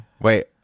Wait